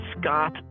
Scott